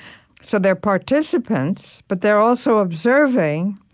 so they're participants, but they're also observing,